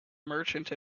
merchant